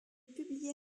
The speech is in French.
publia